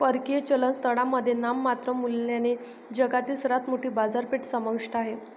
परकीय चलन स्थळांमध्ये नाममात्र मूल्याने जगातील सर्वात मोठी बाजारपेठ समाविष्ट आहे